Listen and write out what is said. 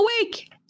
awake